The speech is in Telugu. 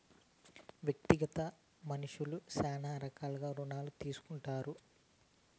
వ్యక్తిగతంగా మనుష్యులు శ్యానా రకాలుగా రుణాలు తీసుకుంటారు